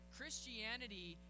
Christianity